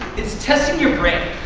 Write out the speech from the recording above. it's testing your brain.